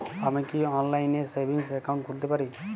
আমি কি অনলাইন এ সেভিংস অ্যাকাউন্ট খুলতে পারি?